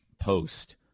post